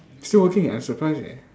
still working ah I surprise eh